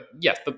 yes